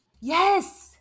Yes